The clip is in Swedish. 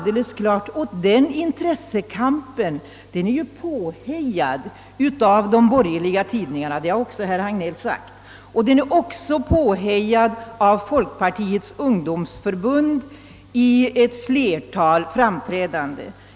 Den intressekampen är påhejad av de borgerliga tidningarna, vilket herr Hagnell också påpekat. Den har också påhejats av Folkpartiets ungdomsförbund i ett flertal framträdanden.